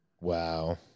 Wow